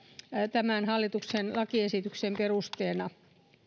tämän hallituksen lakiesityksen perusteena